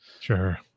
Sure